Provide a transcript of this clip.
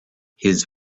his